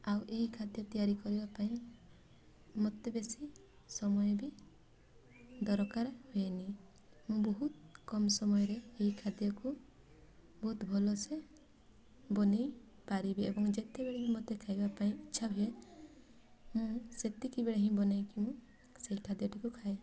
ଆଉ ଏଇ ଖାଦ୍ୟ ତିଆରି କରିବା ପାଇଁ ମତେ ବେଶୀ ସମୟ ବି ଦରକାର ହୁଏନି ମୁଁ ବହୁତ କମ୍ ସମୟରେ ଏଇ ଖାଦ୍ୟକୁ ବହୁତ ଭଲସେ ବନାଇ ପାରିବି ଏବଂ ଯେତେବେଳେ ବି ମୋତେ ଖାଇବା ପାଇଁ ଇଚ୍ଛା ହୁଏ ମୁଁ ସେତିକିବେଳେ ହିଁ ବନାଇକି ମୁଁ ସେଇ ଖାଦ୍ୟଟିକୁ ଖାଏ